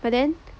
but then